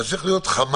אני איתך.